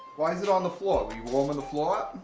why is it on the floor? are you warming the floor up?